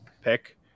pick